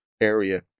area